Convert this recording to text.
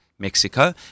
Mexico